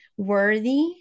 Worthy